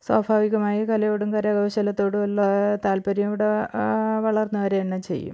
സ്വാഭാവികമായും കലയോടും കരകൗശലത്തോടുമുള്ള താൽപ്പര്യം ഇവിടെ വളർന്ന് വരേന്നെ ചെയ്യും